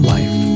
Life